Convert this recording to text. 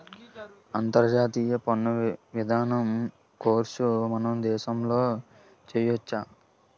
అంతర్జాతీయ పన్ను విధానం కోర్సు మన దేశంలో చెయ్యొచ్చా